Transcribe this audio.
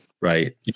Right